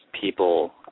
people